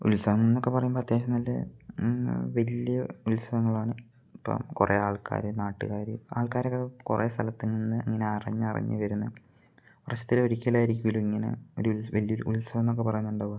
ഉത്സവം എന്നെക്കെ പറയുമ്പം അത്യാവശ്യം നല്ല വലിയ ഉത്സവങ്ങളാണ് ഇപ്പം കുറേ ആൾക്കാർ നാട്ടുകാർ ആൾക്കാരൊക്കെ കുറേ സ്ഥലത്ത് നിന്ന് ഇങ്ങനെ അറിഞ്ഞ അറിഞ്ഞു വരുന്നു വര്ഷത്തിൽ ഒരിക്കലായിരിക്കുമല്ലോ ഇങ്ങനെ ഒരു ഉല്സവം വലിയ ഒരു ഉത്സവം എന്നൊക്കെ പറയുന്നുണ്ടാവും